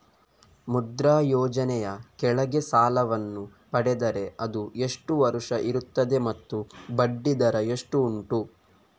ಮುದ್ರಾ ಯೋಜನೆ ಯ ಕೆಳಗೆ ಸಾಲ ವನ್ನು ಪಡೆದರೆ ಅದು ಎಷ್ಟು ವರುಷ ಇರುತ್ತದೆ ಮತ್ತು ಬಡ್ಡಿ ದರ ಎಷ್ಟು ಉಂಟು?